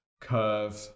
curve